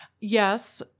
Yes